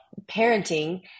parenting